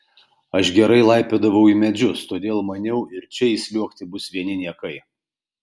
aš gerai laipiodavau į medžius todėl maniau ir čia įsliuogti bus vieni niekai